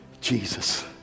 Jesus